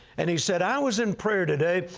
and he said, i was in prayer today,